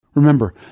Remember